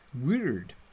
Weird